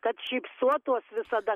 kad šypsotuos visada